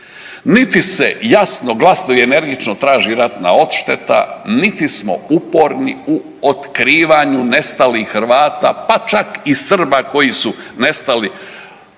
Niti se jasno, glasno i energično traži ratna odšteta, niti smo uporni u otkrivanju nestalih Hrvata, pa čak i Srba koji su nestali tokom